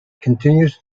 continues